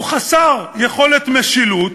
הוא חסר יכולת משילות,